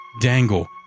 dangle